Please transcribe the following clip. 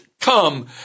come